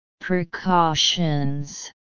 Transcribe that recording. Precautions